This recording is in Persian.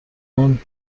مامان